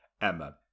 Emma